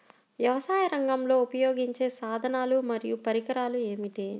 వ్యవసాయరంగంలో ఉపయోగించే సాధనాలు మరియు పరికరాలు ఏమిటీ?